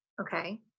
okay